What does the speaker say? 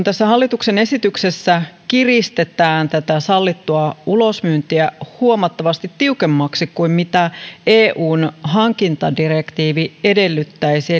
tässä hallituksen esityksessä kiristetään tätä sallittua ulosmyyntiä huomattavasti tiukemmaksi kuin mitä eun hankintadirektiivi edellyttäisi